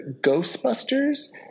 Ghostbusters